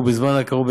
ובזמן הקרוב,